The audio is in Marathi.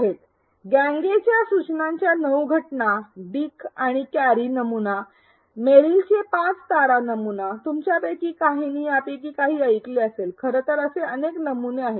आहेत गॅग्नेच्या सूचनांच्या नऊ घटना डिक आणि कॅरी नमुना मेरिलचे ५ तारा नमुना तुमच्यापैकी काहींनी यापैकी काही ऐकले असेल खरं तर असे अनेक नमुने आहेत